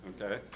Okay